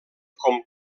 com